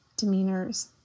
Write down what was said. demeanors